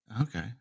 Okay